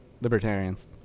Libertarians